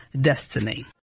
destiny